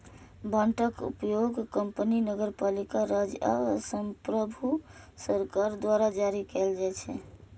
बांडक उपयोग कंपनी, नगरपालिका, राज्य आ संप्रभु सरकार द्वारा जारी कैल जाइ छै